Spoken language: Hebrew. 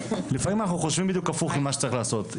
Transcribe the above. לפעמים אנחנו חושבים הפוך ממה שצריכים לעשות,